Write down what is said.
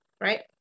right